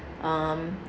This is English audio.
um